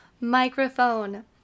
microphone